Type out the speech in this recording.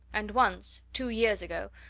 and once, two years ago,